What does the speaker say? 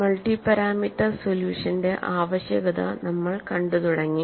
multi parameter സൊല്യൂഷന്റെ ആവശ്യകത നമ്മൾ കണ്ടുതുടങ്ങി